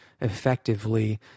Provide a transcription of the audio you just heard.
effectively